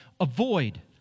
Avoid